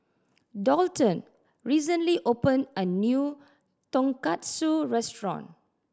Daulton recently opened a new Tonkatsu Restaurant